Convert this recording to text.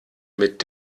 mit